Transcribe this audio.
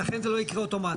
ולכן זה לא יקרה אוטומטית.